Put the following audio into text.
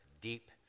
deep